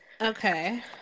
Okay